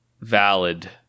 valid